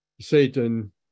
Satan